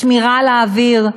שמירה על האוויר,